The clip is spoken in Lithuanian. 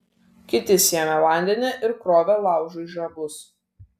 kiti sėmė vandenį ir krovė laužui žabus